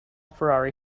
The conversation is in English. ferrari